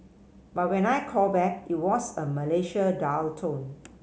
but when I called back it was a Malaysia dial tone